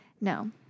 No